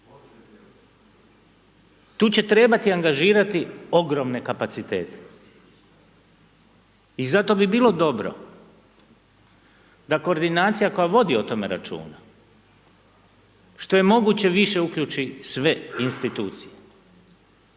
tu će trebati angažirati ogromne kapacitete. I zato bi bilo dobro da koordinacija koja vodio o tome računa, što je moguće više uključi sve institucije,